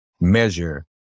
measure